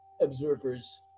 observers